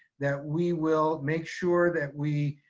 that we will make sure that we